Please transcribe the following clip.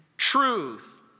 Truth